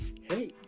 hey